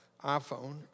iPhone